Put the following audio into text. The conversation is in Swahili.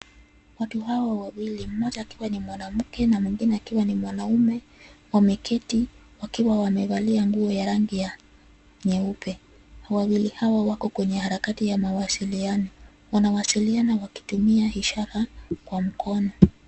Watu hawa wawili, mmoja akiwa ni mwanamke na mwingine akiwa na mwanaume wameketi wakiwa wamevalia nguo ya rangi ya nyeupe. Wawili hao wako kwenye harakati ya mwasiliano .Wanawasiliana wakitumia ishara kwa mkono.